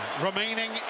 remaining